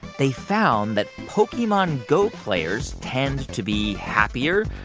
they found that pokemon go players tend to be happier,